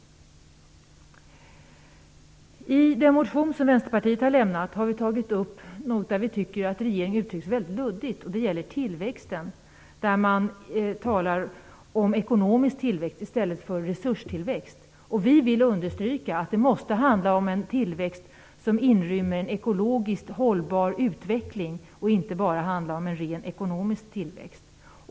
I Vänsterpartiets motion har vi tagit upp en fråga där vi tycker att regeringen uttrycker sig väldigt luddigt. Det gäller tillväxten. Man talar om ekonomisk tillväxt i stället för resurstillväxt. Vi vill understryka att det måste handla om en tillväxt som inrymmer en ekologiskt hållbar utveckling; det får inte vara bara en rent ekonomisk tillväxt.